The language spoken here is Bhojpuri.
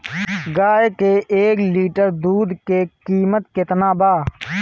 गाय के एक लिटर दूध के कीमत केतना बा?